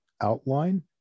outline